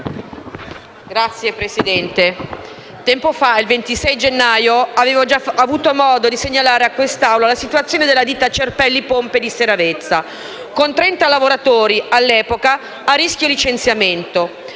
Signora Presidente, tempo fa, il 26 gennaio, avevo già avuto modo di segnalare a quest'Assemblea la situazione della ditta Cerpelli Pompe di Seravezza, con 30 lavoratori, all'epoca, a rischio licenziamento.